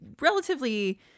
relatively